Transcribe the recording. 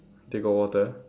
they got water